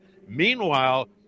Meanwhile